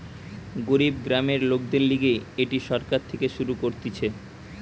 গরিব গ্রামের লোকদের লিগে এটি সরকার থেকে শুরু করতিছে